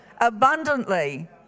abundantly